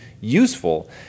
useful